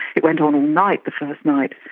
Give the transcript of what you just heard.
it went on all night the first night.